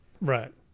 Right